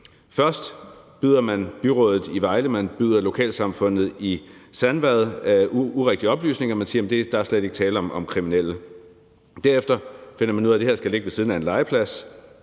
Først byder man byrådet i Vejle og man byder lokalsamfundet i Sandvad urigtige oplysninger, for man siger, at der slet ikke er tale om kriminelle. Derefter finder man ud af, at det her skal ligge ved siden af en legeplads,